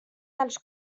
dels